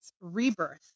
rebirth